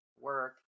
Work